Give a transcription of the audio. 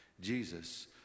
Jesus